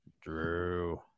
drew